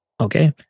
Okay